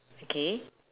okay